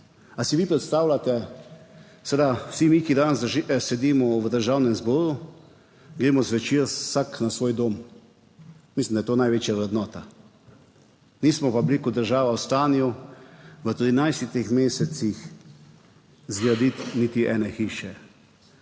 Ali si vi predstavljate? Seveda vsi mi, ki danes sedimo v Državnem zboru gremo zvečer vsak na svoj dom. Mislim, da je to največja vrednota. Nismo pa bili kot država v stanju v 13 mesecih zgraditi niti ene hiše.